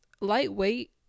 lightweight